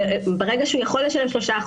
ברגע שהוא יכול לשלם 3%,